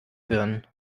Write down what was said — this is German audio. birnen